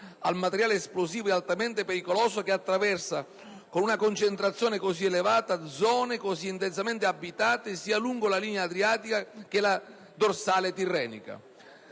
al materiale esplosivo e altamente pericoloso che attraversa, con una concentrazione così elevata, zone così intensamente abitate sia lungo la linea adriatica, che lungo la dorsale tirrenica.